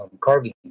carving